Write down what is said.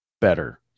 better